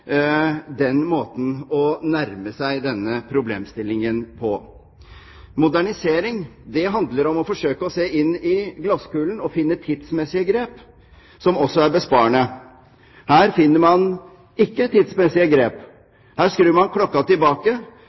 den måten å nærme seg denne problemstillingen på. Modernisering handler om å forsøke å se inn i glasskulen og finne tidsmessige grep som også er besparende. Her finner man ikke tidsmessige grep, her skur man klokken tilbake,